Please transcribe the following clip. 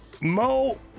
Mo